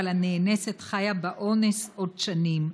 אבל הנאנסת חיה באונס עוד שנים.